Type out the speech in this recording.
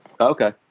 Okay